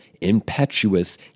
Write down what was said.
impetuous